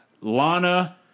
Lana